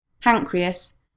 pancreas